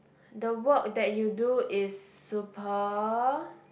the work that you do is super